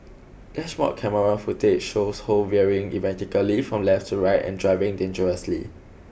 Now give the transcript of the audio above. dashboard camera footage shows Ho veering erratically from left to right and driving dangerously